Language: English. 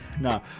No